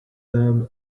them